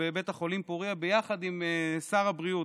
בבית החולים פוריה ביחד עם שר הבריאות.